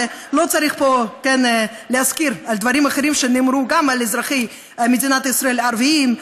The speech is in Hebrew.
ולא צריך פה להזכיר דברים אחרים שנאמרו גם על אזרחי מדינת ישראל הערבים,